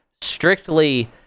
strictly